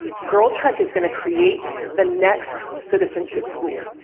girltrek is going to create the next citizenship school.